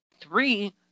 three